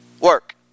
work